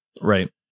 right